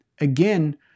again